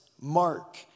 Mark